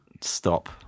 stop